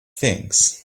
things